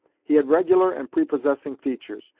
he had regular and prepossessing features,